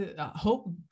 hope